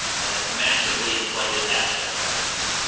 and it massively inflated asset values.